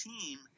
team